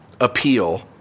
appeal